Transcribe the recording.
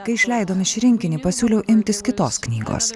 kai išleidome šį rinkinį pasiūliau imtis kitos knygos